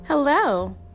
Hello